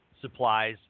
supplies